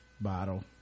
bottle